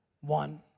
one